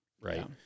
right